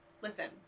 listen